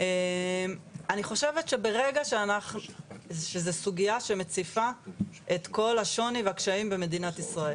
אני חושבת שזו סוגיה שמציפה את כל השוני והקשיים במדינת ישראל.